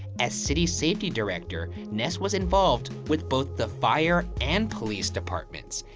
as city safety director, ness was involved with both the fire and police departments,